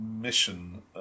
mission